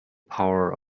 power